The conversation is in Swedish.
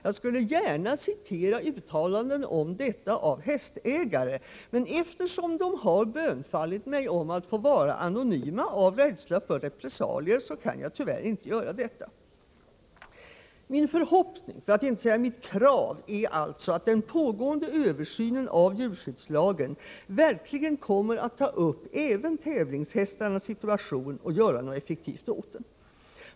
Jag skulle gärna citera uttalanden om detta av hästägare, men eftersom de har bönfallit mig om att få vara anonyma av rädsla för repressalier kan jag tyvärr inte göra detta. Min förhoppning, för att inte säga mitt krav, är alltså att den pågående översynen av djurskyddslagen verkligen kommer att ta upp även tävlingshästarnas situation och göra något effektivt åt den.